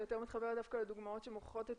אני יותר מתחברת דווקא לדוגמאות שמוכיחות את